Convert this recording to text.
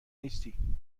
نیستی